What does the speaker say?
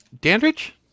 Dandridge